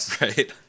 Right